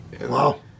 wow